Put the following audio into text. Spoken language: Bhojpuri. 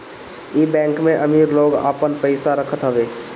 इ बैंक में अमीर लोग आपन पईसा रखत हवे